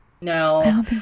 No